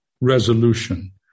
resolution